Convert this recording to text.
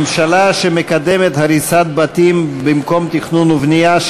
ממשלה שמקדמת הריסת בתים במקום תכנון ובנייה,